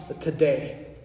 today